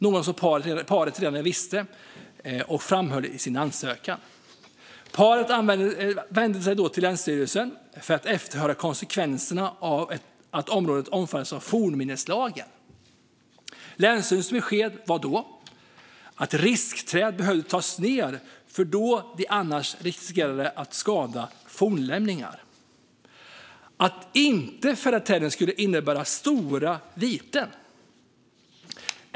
Detta var något som paret redan visste och hade framhållit i sin ansökan. Paret vände sig då till länsstyrelsen för att efterhöra konsekvenserna av att området omfattades av fornminneslagen. Länsstyrelsens besked var då att riskträd behövde tas ned, då de annars riskerade att skada fornlämningarna. Att inte fälla träden skulle innebära stora viten.